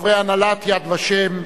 חברי הנהלת "יד ושם",